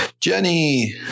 Jenny